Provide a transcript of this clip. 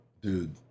dude